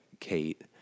Kate